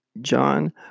John